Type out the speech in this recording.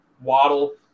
Waddle